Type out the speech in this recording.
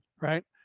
right